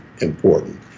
important